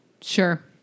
Sure